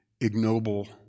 ignoble